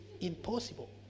Impossible